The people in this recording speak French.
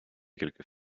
quelques